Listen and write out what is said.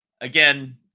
again